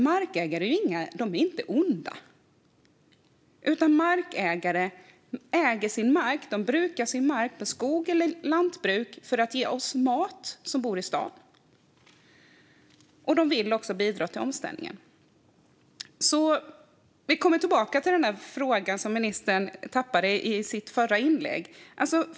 Markägare är inte onda. De brukar sin mark, med skogs eller lantbruk, för att ge oss som bor i en stad mat. De vill också bidra till omställningen. Jag kommer tillbaka till frågan som ministern tappade i sitt förra inlägg.